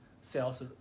sales